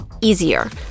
easier